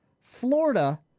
Florida